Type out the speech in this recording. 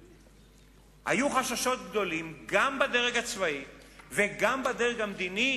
היו חששות גדולים גם בדרג הצבאי וגם בדרג המדיני